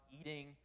eating